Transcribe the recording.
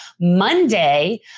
Monday